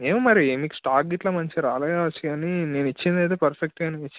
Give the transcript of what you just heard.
ఏమో మరి మీకు స్టాక్ ఇట్ల మంచిగా రాలేదు కావచ్చు గానీ నేను ఇచ్చింది అయితే పర్ఫెక్ట్ గానే ఇచ్చినా